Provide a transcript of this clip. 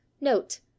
Note